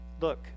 Look